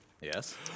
Yes